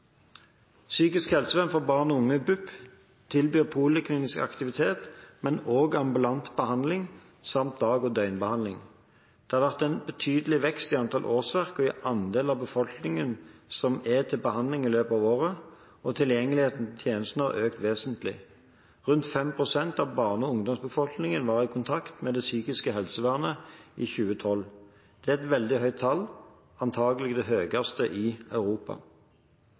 Psykisk helsevern for barn og unge, BUP, tilbyr poliklinisk aktivitet, men også ambulant behandling samt dag- og døgnbehandling. Det har vært en betydelig vekst i antall årsverk og i andel av befolkningen som er til behandling i løpet av året, og tilgjengeligheten til tjenesten har økt vesentlig. Rundt 5 pst. av barne- og ungdomsbefolkningen var i kontakt med det psykiske helsevernet i 2012. Det er et veldig høyt tall, antakelig det høyeste i Europa.